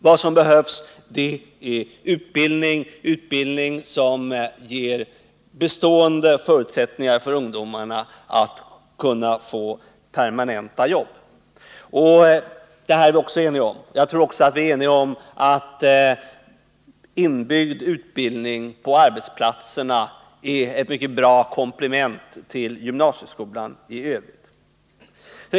Vad som behövs är utbildning, som ger ungdomarna bestående förutsättningar att få permanenta jobb. Detta är vi eniga om. Jag tror att vi också är eniga om att inbyggd utbildning på arbetsplatserna är ett mycket bra komplement till gymnasieskolan i övrigt.